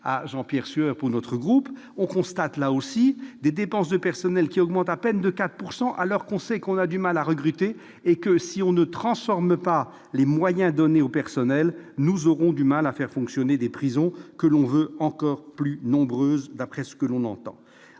à l'heure, pour notre groupe, on constate là aussi que les dépenses de personnel augmentent à peine de 4 %, alors que l'on sait qu'on a du mal à recruter, et que si l'on ne transforme pas les moyens donnés aux personnels, il sera difficile de faire fonctionner des prisons que l'on veut encore plus nombreuses, d'après ce que l'on entend.